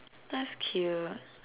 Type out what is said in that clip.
that's cute